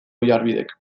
oiarbidek